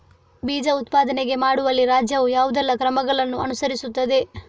ಬೀಜ ಉತ್ಪಾದನೆ ಮಾಡುವಲ್ಲಿ ರಾಜ್ಯವು ಯಾವುದೆಲ್ಲ ಕ್ರಮಗಳನ್ನು ಅನುಕರಿಸುತ್ತದೆ?